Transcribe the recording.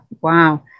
Wow